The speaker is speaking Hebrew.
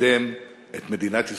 ולקדם את מדינת ישראל,